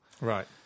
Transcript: Right